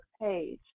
page